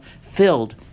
filled